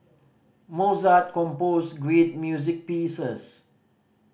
Mozart composed great music pieces